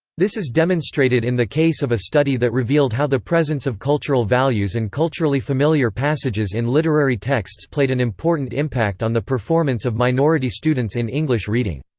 this is demonstrated in the case of a study that revealed how the presence of cultural values and culturally familiar passages in literary texts played an important impact on the performance of minority students in english reading.